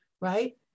right